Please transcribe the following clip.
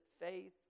faith